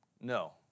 No